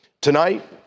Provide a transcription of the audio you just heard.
Tonight